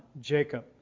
Jacob